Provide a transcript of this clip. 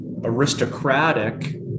aristocratic